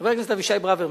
חבר הכנסת אבישי ברוורמן,